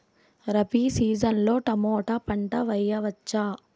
Rabi season లో tomato పంట వేయవచ్చా?